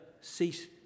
cease